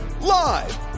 Live